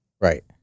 Right